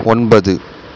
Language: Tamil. ஒன்பது